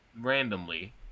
randomly